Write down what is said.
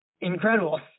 Incredible